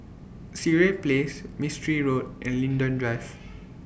Sireh Place Mistri Road and Linden Drive